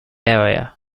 area